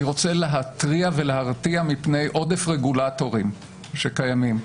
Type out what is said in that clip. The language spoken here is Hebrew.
אני רוצה להתריע ולהרתיע מפני עודף רגולטורים שקיימים.